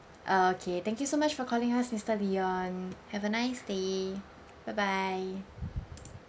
okay thank you so much for calling us mister leon have a nice day bye bye